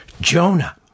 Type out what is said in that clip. Jonah